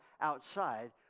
outside